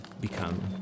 become